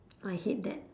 I hate that